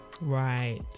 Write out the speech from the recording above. right